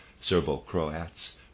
Serbo-Croats